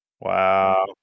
Wow